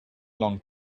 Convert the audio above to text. long